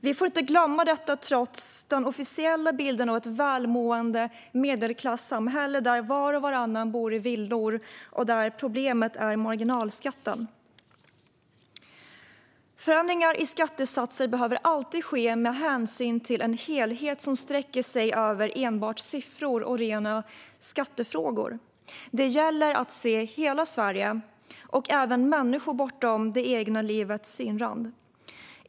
Vi får inte glömma detta trots den officiella bilden av ett välmående medelklassamhälle där var och varannan bor i villor och där problemet är marginalskatten. Förändringar av skattesatser behöver alltid ske med hänsyn till en helhet som sträcker sig högre än enbart siffror och rena skattefrågor. Det gäller att se hela Sverige och även människor bortom det egna livets synrand.